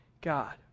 God